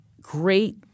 great